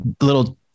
little